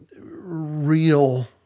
real